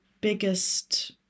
biggest